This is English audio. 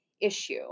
issue